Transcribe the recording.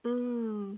mm